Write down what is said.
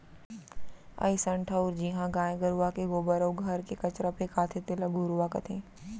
अइसन ठउर जिहॉं गाय गरूवा के गोबर अउ घर के कचरा फेंकाथे तेला घुरूवा कथें